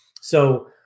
So-